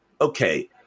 okay